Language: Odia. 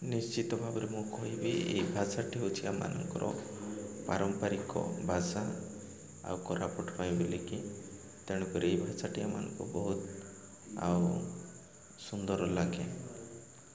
ନିଶ୍ଚିତ ଭାବରେ ମୁଁ କହିବି ଏଇ ଭାଷାଟି ହେଉଛି ଆମ ମାନଙ୍କର ପାରମ୍ପାରିକ ଭାଷା ଆଉ କୋରାପୁଟ ପାଇଁ ବୋଲିକି ତେଣୁ କରି ଏଇ ଭାଷାଟି ଆମ ମାନଙ୍କୁ ବହୁତ ଆଉ ସୁନ୍ଦର ଲାଗେ